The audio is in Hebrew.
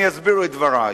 אני אסביר את דברי.